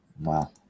Wow